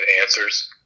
answers